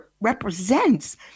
represents